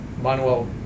Manuel